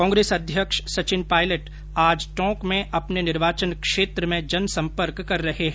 कांग्रेस प्रदेश अध्यक्ष सचिन पायलट आज टोंक में अपने निर्वाचन क्षेत्र टोंक में जनसम्पर्क कर रहे हैं